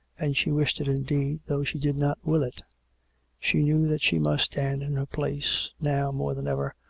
and she wished it indeed, though she did not will it she knew that she must stand in her place, now more than ever,